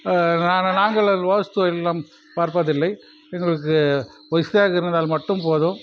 ஆனால் நாங்கள் அது வாஸ்து எல்லாம் பார்ப்பதில்லை எங்களுக்கு வசதியாக இருந்தால் மட்டும் போதும்